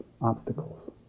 obstacles